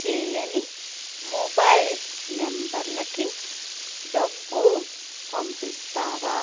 చేయని మొబైల్ నెంబర్లకి డబ్బు పంపిస్తావా